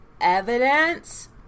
evidence